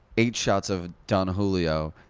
eight shots of don julio,